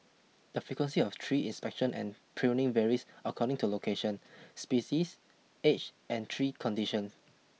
the frequency of tree inspection and pruning varies according to location species age and tree condition